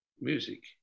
music